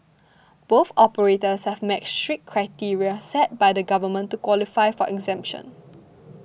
both operators have met strict criteria set by the government to qualify for exemption